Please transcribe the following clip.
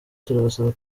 turabasaba